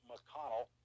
McConnell